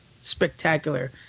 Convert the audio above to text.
spectacular